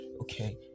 okay